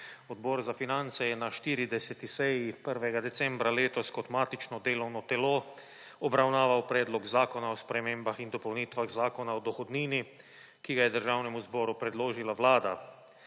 Odbor za finance je na 40. seji 1. decembra letos kot matično delovno telo obravnaval Predlog zakona o spremembah in dopolnitvah Zakona o dohodnini, ki ga je Državnemu zboru predložila Vlada.